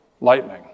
lightning